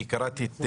קראתי את